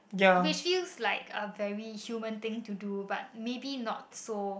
which is like a very human thing to do but maybe not so